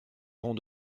aurons